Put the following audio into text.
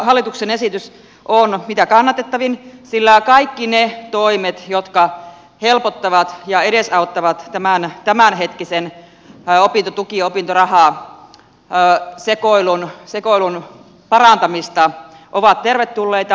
hallituksen esitys on mitä kannatettavin sillä kaikki ne toimet jotka helpottavat ja edesauttavat tämän tämänhetkisen opintotuki ja opintorahasekoilun parantamista ovat tervetulleita